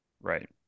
right